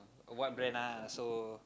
what brand ah so